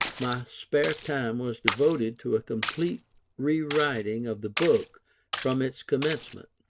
my spare time was devoted to a complete rewriting of the book from its commencement.